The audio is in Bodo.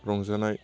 रंजानाय